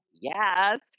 Yes